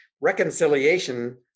Reconciliation